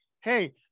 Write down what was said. hey